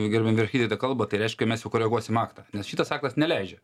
gerbiama architektė kalba tai reiškia mes jau koreguosim aktą nes šitas aktas neleidžia